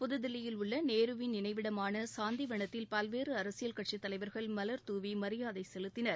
புதுதில்லியில் உள்ள நேருவின் நினைவிடமான சாந்திவனத்தில் பல்வேறு அரசியல் கட்சித் தலைவர்கள் மலர் துாவி மரியாதை செலுத்தினர்